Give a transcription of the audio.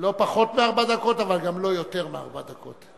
פחות מארבע דקות, אבל גם לא יותר מארבע דקות.